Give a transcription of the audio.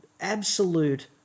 absolute